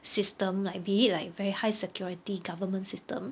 system like be like very high security government system